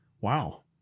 wow